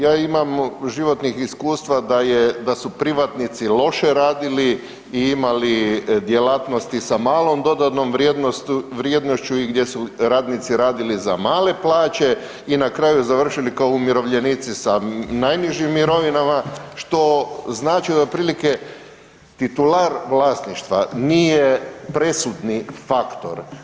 Ja imam životnih iskustava da je, da su privatnici loše radili i imali djelatnosti sa malom dodanom vrijednošću i gdje su radnici radili za male plaće i na kraju završili kao umirovljenici sa najnižim mirovinama, što znači od prilike titular vlasništva nije presudni faktor.